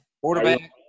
Quarterback